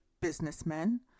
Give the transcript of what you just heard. businessmen